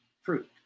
fruit